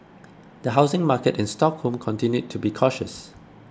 the housing market in Stockholm continued to be cautious